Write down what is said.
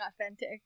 authentic